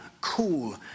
cool